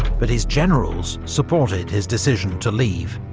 but his generals supported his decision to leave